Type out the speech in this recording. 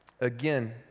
Again